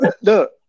Look